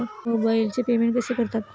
मोबाइलचे पेमेंट कसे करतात?